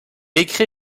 écrit